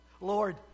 Lord